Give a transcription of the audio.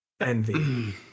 envy